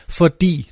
fordi